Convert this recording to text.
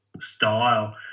style